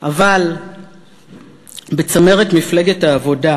אבל בצמרת מפלגת העבודה,